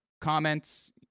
comments